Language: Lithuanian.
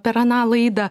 per aną laidą